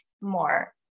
more